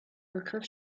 begriff